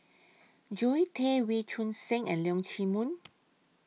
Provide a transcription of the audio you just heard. Zoe Tay Wee Choon Seng and Leong Chee Mun